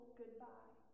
goodbye